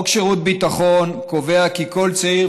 חוק שירות ביטחון קובע כי כל צעיר